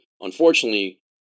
unfortunately